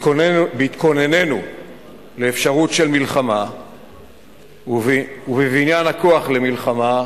בהתכוננות לאפשרות של מלחמה ובבניין הכוח למלחמה